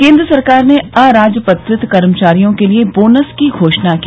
केन्द्र सरकार ने अराजपत्रित कर्मचारियों के लिए बोनस की घोषणा की